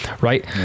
Right